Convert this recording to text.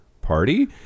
party